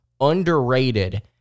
underrated